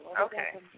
Okay